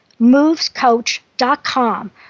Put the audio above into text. Movescoach.com